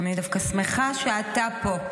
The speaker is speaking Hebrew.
אני דווקא שמחה שאתה פה.